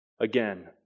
again